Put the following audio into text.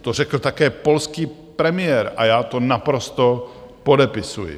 To řekl také polský premiér a já to naprosto podepisuji.